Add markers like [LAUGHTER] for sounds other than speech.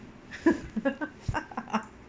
[LAUGHS]